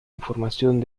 información